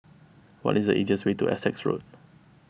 what is the easiest way to Essex Road